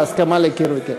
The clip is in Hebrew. אני לא מאמין בהסכמה מקיר לקיר.